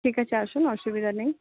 ঠিক আছে আসুন আসুবিধা নেই